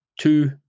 two